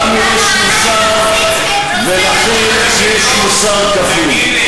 אדוני היושב-ראש, לנו יש מוסר, ולכם יש מוסר כפול.